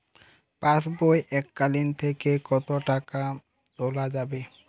পাশবই এককালীন থেকে কত টাকা তোলা যাবে?